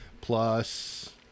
Plus